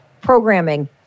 programming